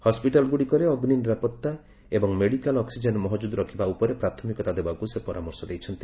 hospital ଗୁଡ଼ିକରେ ଅଗ୍ନି ନିରାପତ୍ତା ଏବଂ ମେଡିକାଲ୍ ଅକ୍ନିଜେନ୍ ମହକୁଦ ରଖିବା ଉପରେ ପ୍ରାଥମିକତା ଦେବାକୁ ସେ ପରାମର୍ଶ ଦେଇଛନ୍ତି